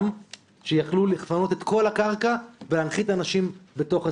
שיכלו לפנות את כל הקרקע ולהנחית אנשים בתוך השדה,